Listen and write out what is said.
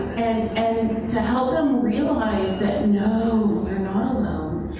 and and to help them realize that no alone,